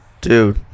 dude